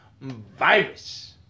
virus